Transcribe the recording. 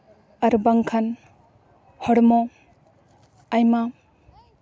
ᱟᱨ ᱵᱟᱝᱠᱷᱟᱱ ᱦᱚᱲᱢᱚ ᱟᱭᱢᱟ